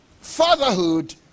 fatherhood